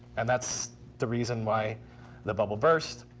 and that's the reason why the bubble burst.